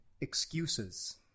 excuses